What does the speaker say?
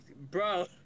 bro